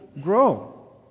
grow